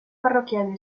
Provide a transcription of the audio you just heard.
parroquial